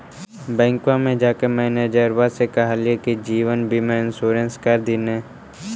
बैंकवा मे जाके मैनेजरवा के कहलिऐ कि जिवनबिमा इंश्योरेंस कर दिन ने?